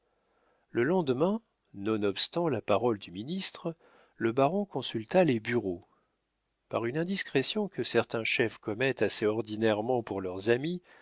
le lendemain nonobstant la parole du ministre le baron consulta les bureaux par une indiscrétion que certains chefs commettent assez ordinairement pour leurs amis